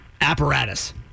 apparatus